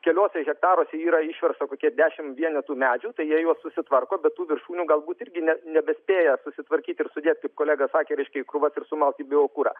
keliuose hektaruose yra išversta kokie dešimt vienetų medžių tai jie juos susitvarko be tų viršūnių galbūt irgi ne nebespėja susitvarkyt ir sudėt kaip kolega sakė reiškia į krūvas ir sumalt į biokurą